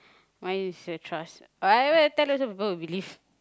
mine is your trust I will tell some people will believe